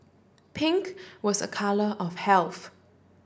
pink was a colour of health